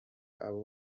abo